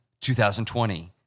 2020